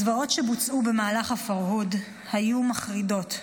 הזוועות שבוצעו במהלך הפרהוד היו מחרידות.